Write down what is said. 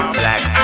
black